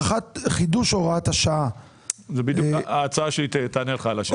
חידוש הוראת השעה --- ההצעה שלי תענה לך על השאלה.